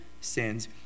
sins